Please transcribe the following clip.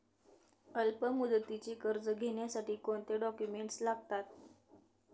अल्पमुदतीचे कर्ज घेण्यासाठी कोणते डॉक्युमेंट्स लागतात?